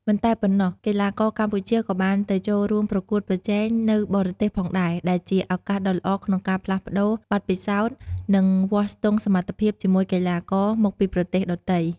មិនតែប៉ុណ្ណោះ កីឡាករកម្ពុជាក៏បានទៅចូលរួមប្រកួតប្រជែងនៅបរទេសផងដែរ ដែលជាឱកាសដ៏ល្អក្នុងការផ្លាស់ប្ដូរបទពិសោធន៍ និងវាស់ស្ទង់សមត្ថភាពជាមួយកីឡាករមកពីប្រទេសដទៃ។